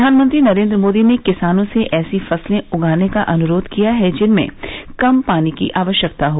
प्रधानमंत्री नरेन्द्र मोदी ने किसानों से ऐसी फसलें उगाने का अनुरोध किया है जिनमें कम पानी की आवश्यकता हो